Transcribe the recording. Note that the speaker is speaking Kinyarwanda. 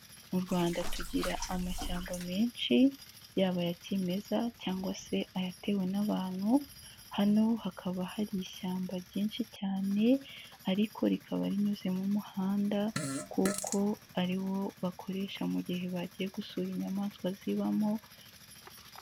Mu Rwanda tugira amashyamba menshi yaba aya kimeza cyangwa se ayatewe n'abantu, hano hakaba hari ishyamba ryinshi cyane ariko rikaba rinyuzemo umuhanda kuko ari wo bakoresha mu gihe bagiye gusura inyamaswa zibamo.